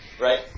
Right